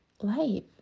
life